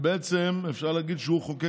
ובעצם אפשר להגיד שהוא חוקק את החוק.